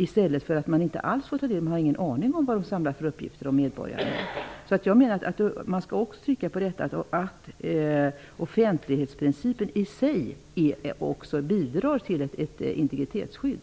motsats till att man inte alls får ta del av och inte har någon aning om vilka uppgifter som samlas om medborgarna. Det måste betonas att offentlighetsprincipen i sig bidrar till ett integritetsskydd.